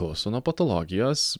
klauso nuo patologijos